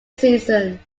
season